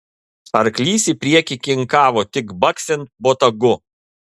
arklys į priekį kinkavo tik baksint botagu